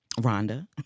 Rhonda